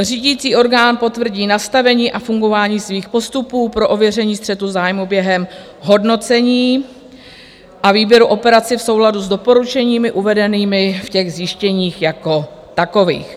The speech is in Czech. Řídící orgán potvrdí nastavení a fungování svých postupů pro ověření střetu zájmů během hodnocení a výběru operací v souladu s doporučeními uvedenými v těch zjištěních jako takových.